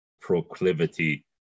proclivity